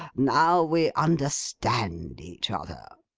now we understand each other